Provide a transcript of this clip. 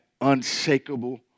unshakable